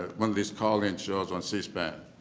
one of these call-in shows on c-span.